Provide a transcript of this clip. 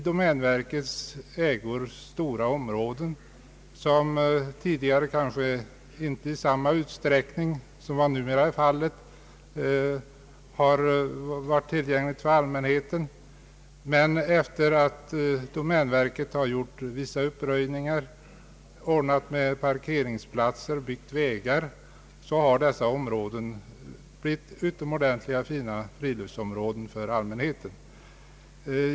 Domänverket har marker, som tidigare kanske inte i så stor utsträckning varit tillgängliga för allmänheten men som nu sedan domänverket gjort vissa uppröjningar, ordnat med parkeringsplatser och byggt vägar har blivit utomordentligt fina friluftsområden för allmänheten.